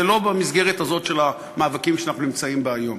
זה לא במסגרת הזאת של המאבקים שאנחנו נמצאים בהם היום,